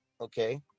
Okay